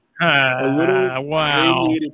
Wow